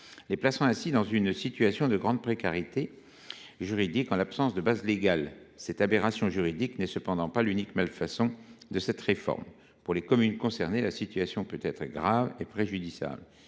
les place dans une situation de grande précarité juridique en l’absence de base légale. Cette aberration juridique n’est cependant pas l’unique malfaçon de cette réforme. Pour les communes concernées, la situation peut être grave et préjudiciable.